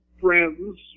friends